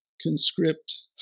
conscript